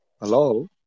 Hello